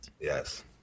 Yes